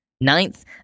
Ninth